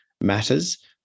matters